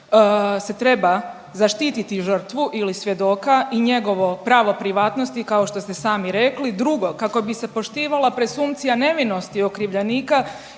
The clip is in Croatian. se treba zaštititi žrtvu ili svjedoka i njegovo pravo privatnosti kao što ste sami rekli. Drugo, kako bi se poštivala presumpcija nevinosti okrivljenika